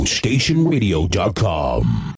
stationradio.com